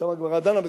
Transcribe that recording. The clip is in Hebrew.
שם הגמרא דנה בזה.